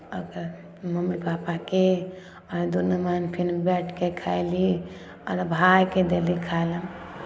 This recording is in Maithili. अपन मम्मी पापाके आओर दुनू बहीन फेर बैठि कऽ खयली आओर भायके देली खाय लए